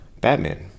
Batman